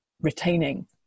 retaining